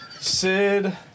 Sid